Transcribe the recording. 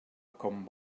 com